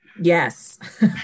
Yes